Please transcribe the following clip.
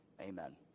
amen